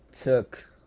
took